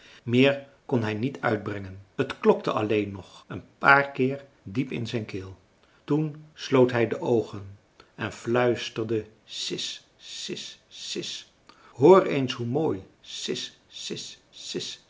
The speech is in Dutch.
meer kon hij niet uitbrengen het klokte alleen nog een paar keer diep in zijn keel toen sloot hij de oogen en fluisterde sis sis sis hoor eens hoe mooi sis sis